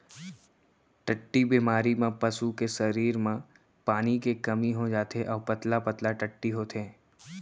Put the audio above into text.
टट्टी बेमारी म पसू के सरीर म पानी के कमी हो जाथे अउ पतला पतला टट्टी होथे